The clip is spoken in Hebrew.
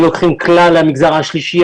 אם לוקחים את כלל המגזר השלישי,